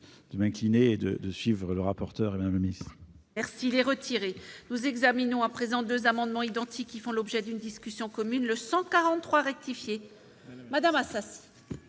de m'incliner et de suivre M. le rapporteur et Mme la ministre